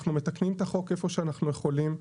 אנחנו מתקנים את החוק איפה שאנחנו יכולים,